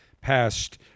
passed